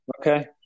okay